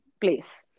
place